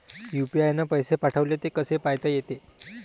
UPI न पैसे पाठवले, ते कसे पायता येते?